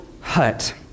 hut